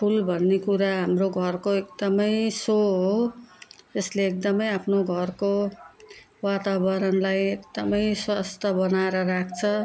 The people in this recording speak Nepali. फुल भन्ने कुरा हाम्रो घरको एकदमै सो हो यसले एकदमै आफ्नो घरको वातावरणलाई एकदमै स्वस्थ बनाएर राख्छ